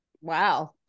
Wow